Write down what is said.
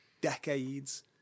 decades